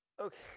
Okay